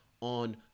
on